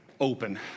open